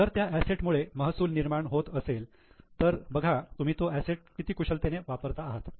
जर त्या असेट मुळे महसूल निर्माण होत असेल तर बघा तुम्ही तो असेट किती कुशलतेने वापरता आहात